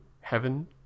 heaven